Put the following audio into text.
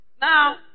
now